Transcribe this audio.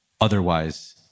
otherwise